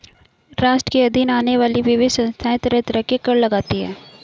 राष्ट्र के अधीन आने वाली विविध संस्थाएँ तरह तरह के कर लगातीं हैं